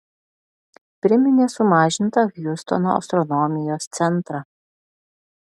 priminė sumažintą hjustono astronomijos centrą